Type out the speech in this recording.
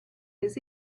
his